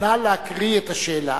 נא להקריא את השאלה.